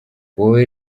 wowe